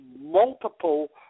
multiple